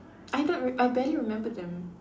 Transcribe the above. I don't I barely remembered them